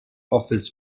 offers